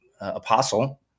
apostle